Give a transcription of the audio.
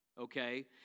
okay